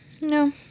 No